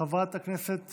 חברת הכנסת